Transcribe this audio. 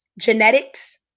genetics